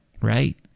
right